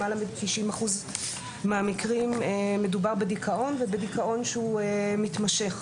למעלה מ-90% מהמקרים מדובר בדיכאון ובדיכאון שהוא מתמשך.